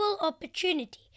opportunity